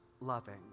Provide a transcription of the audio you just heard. loving